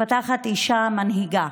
מתפתחת אישה מנהיגה,